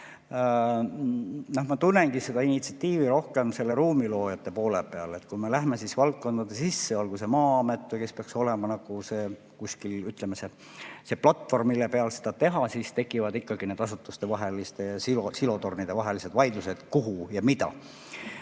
Ma tunnengi seda initsiatiivi rohkem ruumiloojate poole peal. Kui me läheme valdkondade sisse, olgu Maa-amet, kes peaks olema kuskil, ütleme, see platvorm, mille peale seda teha, siis tekivad ikkagi asutuste vahelised, silotornide vahelised vaidlused, kuhu ja mida.